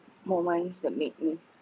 moments that made me